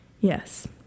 Yes